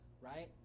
right